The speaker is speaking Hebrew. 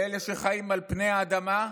לאלה שחיים על פני האדמה,